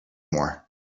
more